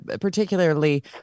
particularly